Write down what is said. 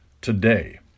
today